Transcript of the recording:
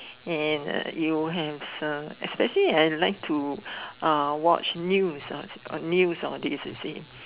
and uh you have some especially I like to uh watch news uh news all these you see